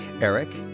Eric